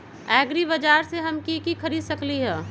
एग्रीबाजार से हम की की खरीद सकलियै ह?